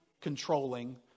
controlling